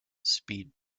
speed